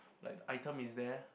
like the item is there